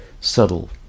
subtle